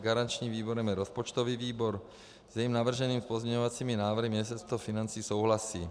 Garančním výborem je rozpočtový výbor, s jeho navrženými pozměňovacími návrhy Ministerstvo financí souhlasí.